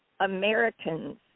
Americans